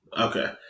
Okay